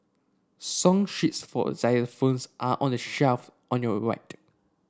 song sheets for a xylophones are on the shelf on your ride